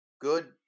good